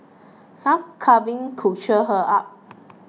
some cuddling could cheer her up